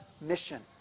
mission